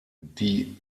die